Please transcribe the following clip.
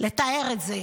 לתאר את זה.